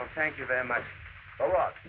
of thank you very much a lot